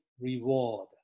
reward